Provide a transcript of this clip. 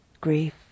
grief